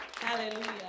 hallelujah